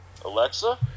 Alexa